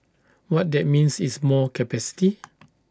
what that means is more capacity